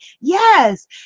Yes